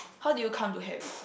how do you come to have it